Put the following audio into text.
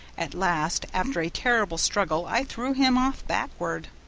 at last after a terrible struggle i threw him off backward.